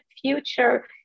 future